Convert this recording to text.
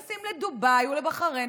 טסים לדובאי ולבחריין,